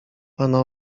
pana